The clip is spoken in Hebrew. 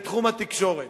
בתחום התקשורת.